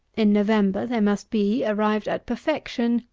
in november there must be, arrived at perfection,